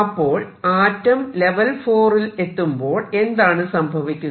അപ്പോൾ ആറ്റം ലെവൽ 4 ൽ എത്തുമ്പോൾ എന്താണ് സംഭവിക്കുന്നത്